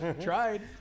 tried